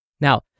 Now